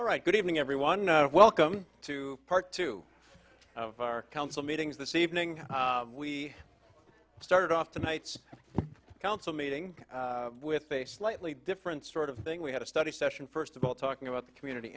all right good evening everyone welcome to part two of our council meetings this evening we started off tonight's council meeting with a slightly different sort of thing we had a study session first of all talking about the community